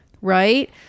Right